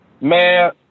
Man